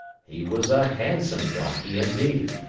he was a handsome donkey indeed!